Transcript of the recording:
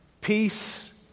peace